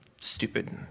stupid